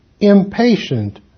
impatient